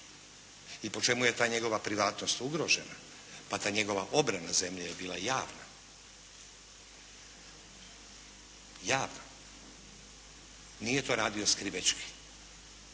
I po čemu je ta njegova privatnost ugrožena? Pa ta njegova obrana zemlje je bila javna. Javna! Nije to radio skrivečki.